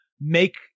make